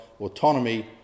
autonomy